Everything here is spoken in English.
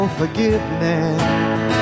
forgiveness